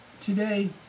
today